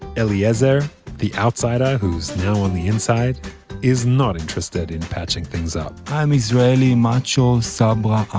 eliezer the outsider who's now on the inside is not interested in patching things up i'm israeli macho sabra